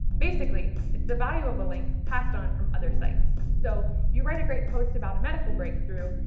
basically, it's the value of a link passed on from other sites. so, you write a great post about a medical breakthrough,